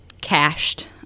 cached